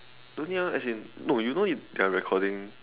don't need ah no as in you know if they are recording